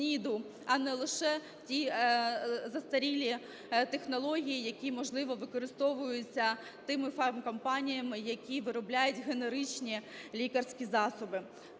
а не лише ті застарілі технології, які, можливо, використовуються тими фармкомпаніями, які виробляють генеричні лікарські засоби.